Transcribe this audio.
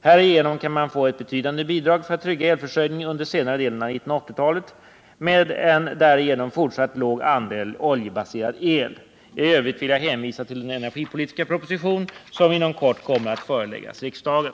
Härigenom kan man få ett betydande bidrag för att trygga elförsörjningen under senare delen av 1980-talet med en därigenom fortsatt låg andel oljebaserad el. I övrigt vill jag hänvisa till den energipolitiska proposition som inom kort kommer att föreläggas riksdagen.